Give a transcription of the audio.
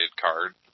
card